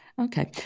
Okay